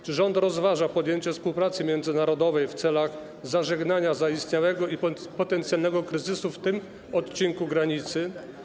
Czy rząd rozważa podjęcie współpracy międzynarodowej w celu zażegnania zaistniałego i potencjalnego kryzysu na tym odcinku granicy?